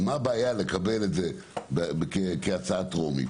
מה הבעיה לקבל את זה כהצעה טרומית.